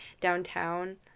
downtown